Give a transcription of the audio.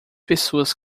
pessoas